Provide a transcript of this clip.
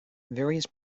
various